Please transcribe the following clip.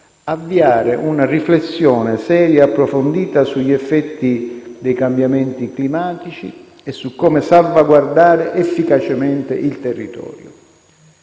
avviare una riflessione seria e approfondita sugli effetti dei cambiamenti climatici e su come salvaguardare efficacemente il territorio.